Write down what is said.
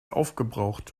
aufgebraucht